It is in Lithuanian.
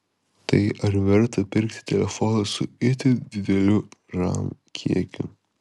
tai ar verta pirkti telefoną su itin dideliu ram kiekiu